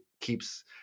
keeps